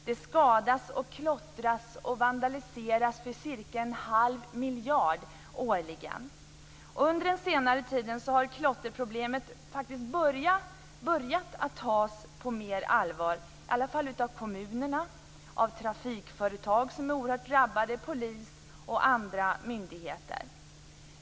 Det skadas, klottras och vandaliseras för cirka en halv miljard årligen. Under senare tid har klotterproblemet faktiskt börjat att tas på mer allvar, i alla fall av kommunerna, av trafikföretag som är oerhört drabbade, av polis och andra myndigheter.